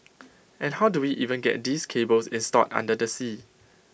and how do we even get these cables installed under the sea